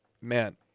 Man